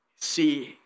see